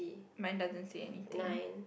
mine doesn't say anything